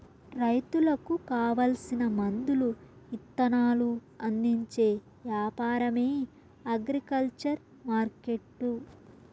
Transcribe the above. రైతులకు కావాల్సిన మందులు ఇత్తనాలు అందించే యాపారమే అగ్రికల్చర్ మార్కెట్టు